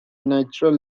natural